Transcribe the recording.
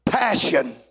Passion